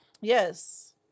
yes